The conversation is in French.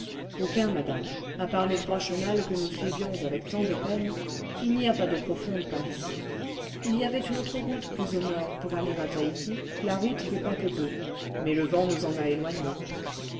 aucun madame à part l'étroit chenal que nous suivions avec tant de peine il n'y a pas d'eaux profondes par ici il y avait une autre route plus au nord pour aller à taïti la route des paquebots mais le vent nous en a éloignés